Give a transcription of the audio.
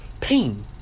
pain